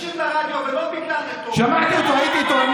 תקשיב ברדיו ולא, שמעתי אותו, ראיתי אותו.